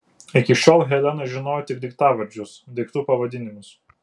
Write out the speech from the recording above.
iki šiol helena žinojo tik daiktavardžius daiktų pavadinimus